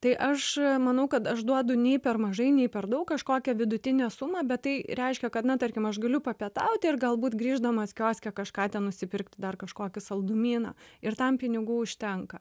tai aš manau kad aš duodu nei per mažai nei per daug kažkokią vidutinę sumą bet tai reiškia kad na tarkim aš galiu papietauti ir galbūt grįždamas kioske kažką ten nusipirkti dar kažkokį saldumyną ir tam pinigų užtenka